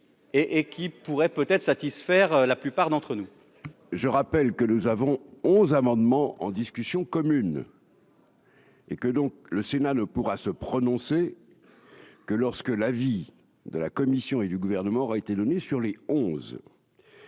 et qui pourrait peut-être satisfaire la plupart d'entre nous. Je rappelle que nous avons 11 amendements en discussion commune. Et que donc le Sénat ne pourra se prononcer que lorsque l'avis de la commission et du gouvernement aura été sur les 11